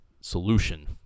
solution